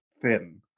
thin